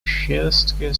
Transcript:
жесткие